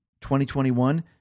2021